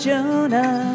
Jonah